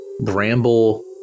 bramble